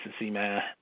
man